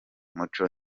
muco